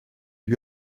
lui